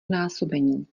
násobení